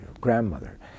grandmother